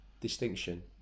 distinction